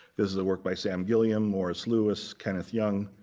this is the work by sam gilliam, morris louis, kenneth young,